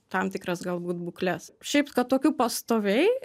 tam tikras galbūt bukles šiaip kad tokių pastoviai